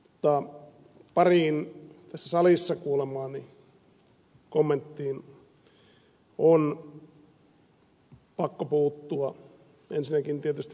mutta pariin tässä salissa kuulemaani kommenttiin on pakko puuttua